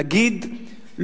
להגיד,